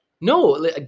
No